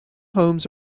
homes